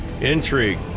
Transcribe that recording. intrigue